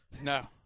No